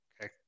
Okay